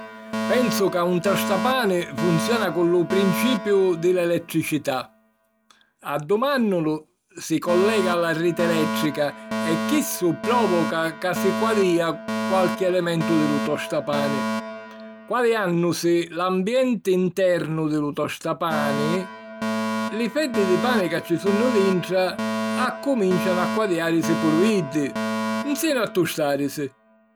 Pensu ca un tostapani funziona cu lu principiu di l'elettricità: addumànnulu si collega a la riti elèttrica e chissu pròvoca ca si quadìa qualchi elementu di lu tostapani. Quadiànnusi l'ambienti internu di lu tostapani, li feddi di pani ca ci sunnu dintra accumìncianu a quadiàrisi puru iddi nsinu a tustàrisi.